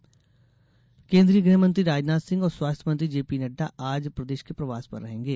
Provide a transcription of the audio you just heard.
मंत्री दौरा केन्द्रीय गृह मंत्री राजनाथ सिंह और स्वास्थ्य मंत्री जेपी नड़डा आज प्रदेश के प्रवास पर रहेंगे